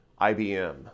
IBM